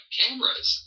cameras